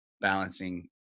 balancing